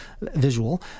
visual